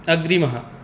अग्रिमः